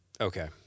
Okay